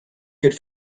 good